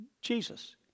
Jesus